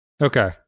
Okay